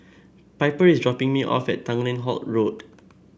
Piper is dropping me off at Tanglin Halt Road